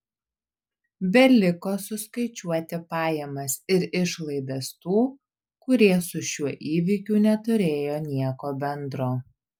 beliko suskaičiuoti pajamas ir išlaidas tų kurie su šiuo įvykiu neturėjo nieko bendro